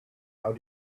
how